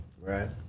Right